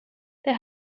there